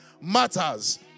matters